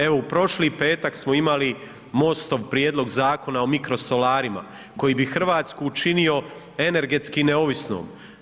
Evo u prošli petak smo imali MOST-ov Prijedlog zakona o mikrosolarima koji bi Hrvatsku učinio energetski neovisnom.